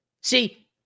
See